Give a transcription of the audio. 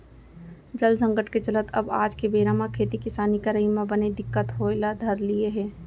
जल संकट के चलत अब आज के बेरा म खेती किसानी करई म बने दिक्कत होय ल धर लिये हे